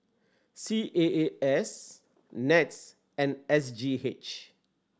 C A A S NETS and S G H